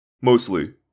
mostly